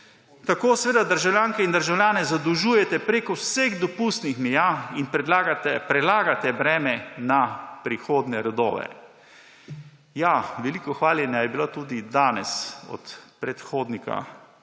Tako državljanke ali državljane zadolžujete preko vseh dopustnih meja in prelagate breme na prihodnje rodove. Ja, veliko hvaljenja je bilo tudi danes od predhodnika kolega